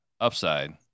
upside